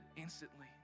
instantly